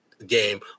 game